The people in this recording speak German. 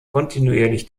kontinuierlich